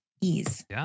ease